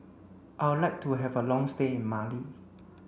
I'll like to have a long stay in Mali